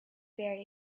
very